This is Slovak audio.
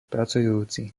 pracujúci